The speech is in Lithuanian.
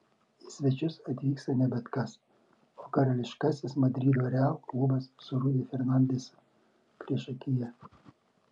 į svečius atvyksta ne bet kas o karališkasis madrido real klubas su rudy fernandezu priešakyje